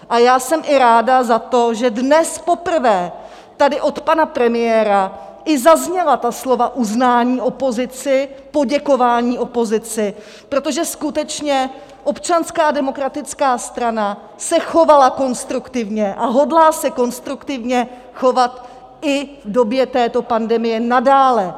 A já jsem i ráda za to, že dnes poprvé tady od pana premiéra i zazněla ta slova uznání opozici, poděkování opozici, protože skutečně Občanská demokratická strana se chovala konstruktivně a hodlá se konstruktivně chovat v době této pandemie i nadále.